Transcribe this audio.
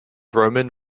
roman